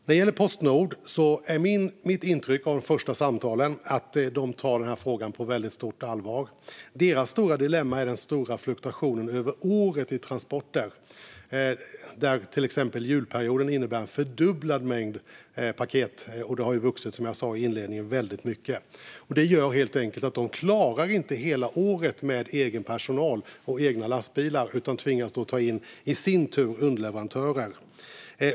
När det gäller Postnord är mitt intryck av de första samtalen att de tar den här frågan på väldigt stort allvar. Deras stora dilemma är den stora fluktuationen över året i transporter - till exempel innebär julperioden en fördubblad mängd paket. Detta har också, som jag sa i inledningen, vuxit väldigt mycket. Det gör helt enkelt att de inte klarar hela året med egen personal och egna lastbilar, utan de tvingas i sin tur ta in underleverantörer.